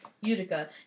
Utica